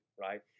right